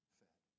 fed